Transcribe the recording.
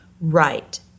Right